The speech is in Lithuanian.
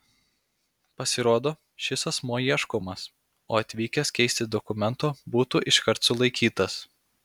pasirodo šis asmuo ieškomas o atvykęs keisti dokumento būtų iškart sulaikytas